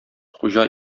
хуҗа